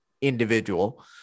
individual